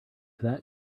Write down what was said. that